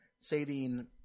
saving